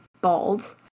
bald